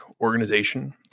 organization